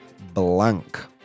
blank